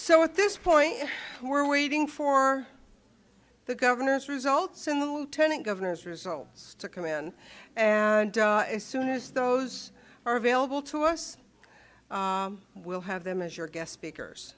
so at this point we're waiting for the governor's results in the lieutenant governor's results to come in and as soon as those are available to us we'll have them as your guest speakers